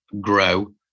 grow